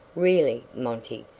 really, monty,